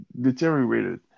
deteriorated